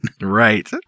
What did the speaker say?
Right